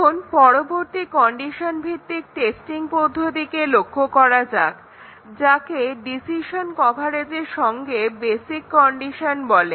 এখন পরবর্তী কন্ডিশন ভিত্তিক টেস্টিং পদ্ধতিকে লক্ষ্য করা যাক যাকে ডিসিশন কভারেজের সঙ্গে বেসিক কন্ডিশন বলে